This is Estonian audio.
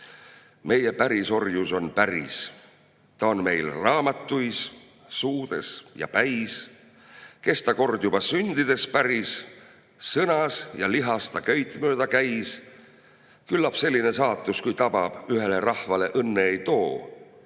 meie pärisorjus on päris – ta on meil raamatuis, suudes ja päis, kes ta kord juba sündides päris, sõnas ja lihas ta köit mööda käis. küllap selline saatus, kui tabab, ühele rahvale õnne ei too